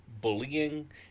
bullying